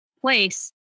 place